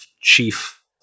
chief